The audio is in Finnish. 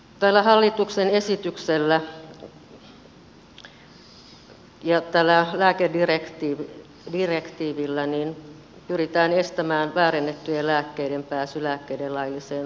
tällä hallituksen esityksellä ja tällä lääkedirektiivillä pyritään estämään väärennettyjen lääkkeiden pääsy lääkkeiden lailliseen toimitusketjuun